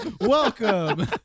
Welcome